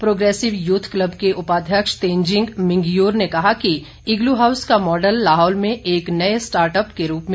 progressive youth club के उपाध्यक्ष तेनजिंग मिंगयूर ने कहा कि इग्लू हाउस का मॉडल लाहौल में एक नए स्टार्ट अप के रूप में शुरू किया गया है